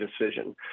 decision